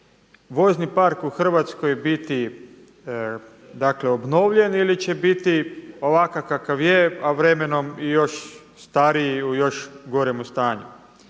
vozni park u Hrvatskoj biti obnovljen ili će biti ovakav kakav je, a vremenom još stariji i u još gorem stanju.